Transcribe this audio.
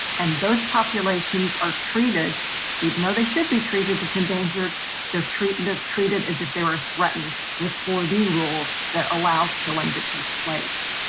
and those populations are treated even though they should be treated as endangered they're treated ah treated as if they were threatened with fourteen rules that allow killing to take place.